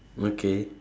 okay